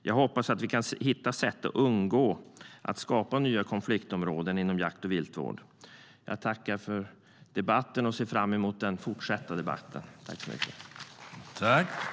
Jag hoppas att vi kan hitta sätt att undgå att skapa nya konfliktområden inom jakt och viltvård. Jag ser fram emot fortsättningen på debatten.